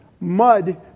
Mud